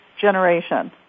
generation